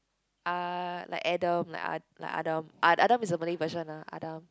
uh like Adam like a~ like Adam a~ Adam is the Malay version ah Adam